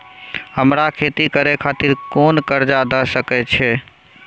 हमरा खेती करे खातिर कोय कर्जा द सकय छै?